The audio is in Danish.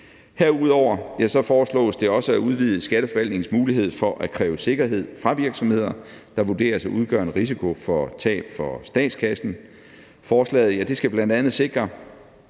Herudover foreslås det at udvide Skatteforvaltningens mulighed for at kræve sikkerhed fra virksomheder, der vurderes at udgøre en risiko for tab for statskassen. Forslaget skal bl.a. sikre,